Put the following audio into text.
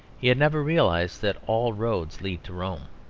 he had never realised that all roads lead to rome.